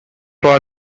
for